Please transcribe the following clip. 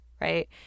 Right